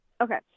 okay